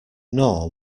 nor